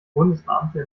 bundesbeamte